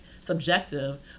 subjective